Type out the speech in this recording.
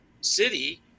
city